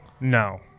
No